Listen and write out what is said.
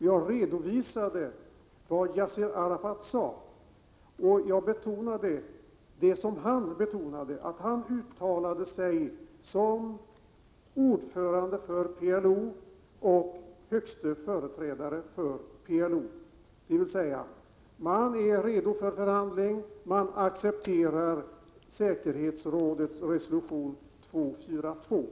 Jag redovisade vad Yassir Arafat sade, och jag framhöll det som han betonade, att han uttalade sig som ordförande och främste företrädare för PLO. PLO är alltså redo för förhandlingar och accepterar säkerhetsrådets resolution 242.